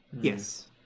Yes